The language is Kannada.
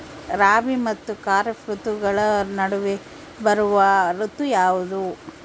ರಾಬಿ ಮತ್ತು ಖಾರೇಫ್ ಋತುಗಳ ನಡುವೆ ಬರುವ ಋತು ಯಾವುದು?